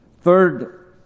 Third